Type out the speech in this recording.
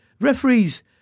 Referees